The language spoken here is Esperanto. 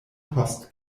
post